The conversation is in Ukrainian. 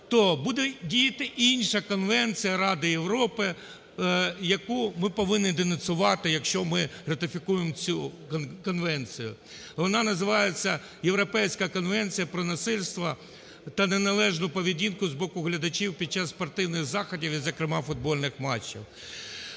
то буде діяти інша конвенція Ради Європи, яку ми повинні денонсувати, якщо ми ратифікуємо цю конвенцію. Вона називається Європейська Конвенція про насильство та неналежну поведінку з боку глядачів під час спортивних заходів, і зокрема футбольних матчів.